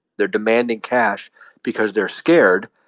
they're demanding cash because they're scared.